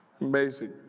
Amazing